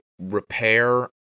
repair